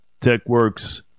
TechWorks